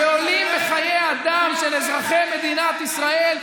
ועולים בחיי אדם של אזרחי מדינת ישראל,